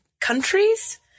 countries